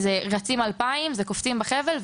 ריצת אלפיים וקפיצה בחבל,